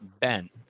Ben